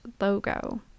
logo